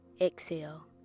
exhale